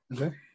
Okay